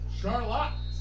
Charlotte